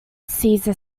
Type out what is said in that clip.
cesar